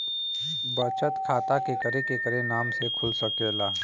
बचत खाता केकरे केकरे नाम से कुल सकेला